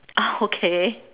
oh okay